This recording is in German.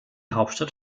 hauptstadt